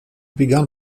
began